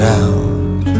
out